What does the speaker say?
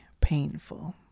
painful